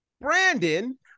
Brandon